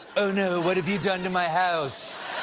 oh, no, what have you done to my house?